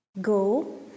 go